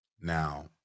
Now